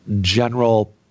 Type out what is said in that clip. general